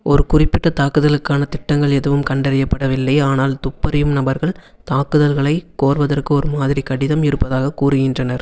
ஒரு குறிப்பிட்ட தாக்குதலுக்கான திட்டங்கள் எதுவும் கண்டறியப்படவில்லை ஆனால் துப்பறியும் நபர்கள் தாக்குதல்களைக் கோருவதற்கு ஒரு மாதிரி கடிதம் இருப்பதாகக் கூறுகின்றனர்